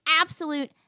absolute